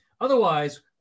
Otherwise